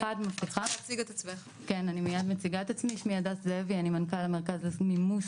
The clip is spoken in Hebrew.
הנכים עצמם לא מבינים.